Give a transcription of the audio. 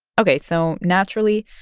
ok. so naturally,